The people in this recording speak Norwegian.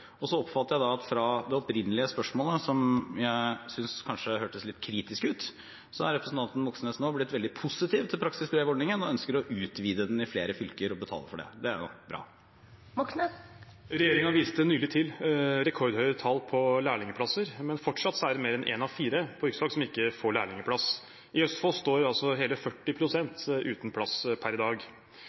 Så oppfatter jeg at fra det opprinnelige spørsmålet, som jeg kanskje syntes hørtes litt kritisk ut, er representanten Moxnes nå blitt veldig positiv til praksisbrevordningen og ønsker å utvide den i flere fylker og betale for det. Det er jo bra. Regjeringen viste nylig til rekordhøye tall på lærlingplasser, men fortsatt er det mer enn én av fire på yrkesfag som ikke får lærlingplass. I Østfold står hele 40 pst. uten plass per i dag.